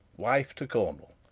wife to cornwall?